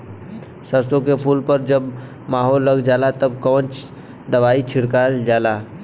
सरसो के फूल पर जब माहो लग जाला तब कवन दवाई छिड़कल जाला?